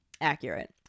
Accurate